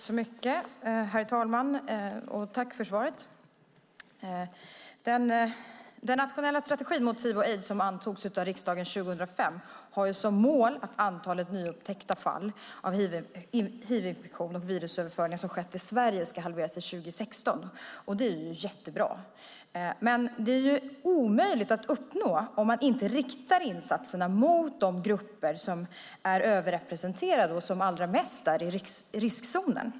Herr talman! Tack för svaret! Den nationella strategin mot hiv och aids som antogs av riksdagen 2005 har som mål att antalet nyupptäckta fall av hivinfektion och virusöverföringar som skett i Sverige ska halveras till 2016. Det är jättebra. Men det är omöjligt att uppnå om man inte riktar insatserna mot grupper som är överrepresenterade och allra mest är i riskzonen.